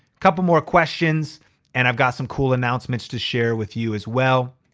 couple more questions and i've got some cool announcements to share with you as well.